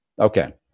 Okay